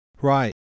Right